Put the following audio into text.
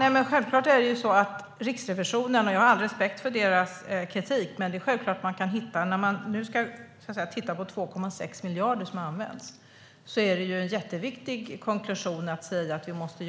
Herr talman! Jag har all respekt för Riksrevisionens kritik, men när det gäller de 2,6 miljarderna är det en jätteviktig konklusion att vi måste